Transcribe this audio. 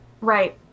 Right